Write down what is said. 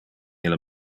ille